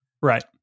Right